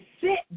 sit